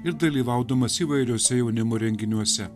ir dalyvaudamas įvairiose jaunimo renginiuose